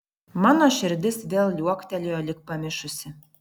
mano širdis vėl liuoktelėjo lyg pamišusi